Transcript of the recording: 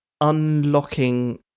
Unlocking